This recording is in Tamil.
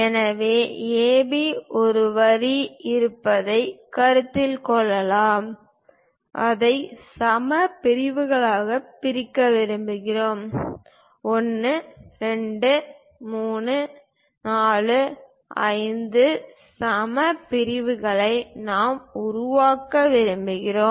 எனவே ஏபி ஒரு வரி இருப்பதைக் கருத்தில் கொள்வோம் அதை சம பிரிவுகளாகப் பிரிக்க விரும்புகிறோம் 1 2 3 4 5 சம பிரிவுகளை நாம் உருவாக்க விரும்புகிறோம்